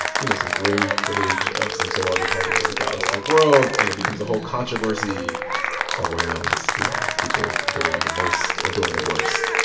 you know, some grainy footage of some sorority party will leak out into the world. and it becomes a whole controversy around, you know, people doing the most or doing the worst.